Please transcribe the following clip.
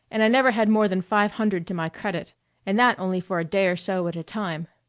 and i never had more than five hundred to my credit and that only for a day or so at a time.